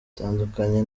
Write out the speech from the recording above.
bitandukanye